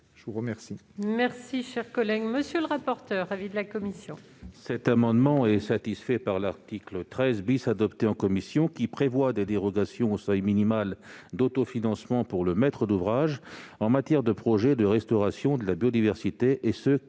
Je vous remercie,